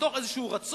מתוך איזה רצון,